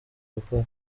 gukora